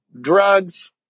drugs